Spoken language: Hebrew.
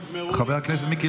נגמרו לי המילים.